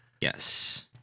Yes